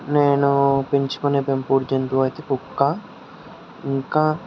నేను పెంచుకునే పెంపుడు జంతువు అయితే కుక్క ఇంకా